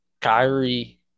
Kyrie